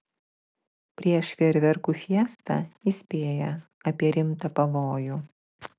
prieš fejerverkų fiestą įspėja apie rimtą pavojų